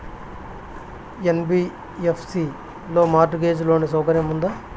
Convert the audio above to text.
NBFC లో mortgage loan సౌకర్యం ఉందా?